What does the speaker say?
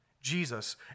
Jesus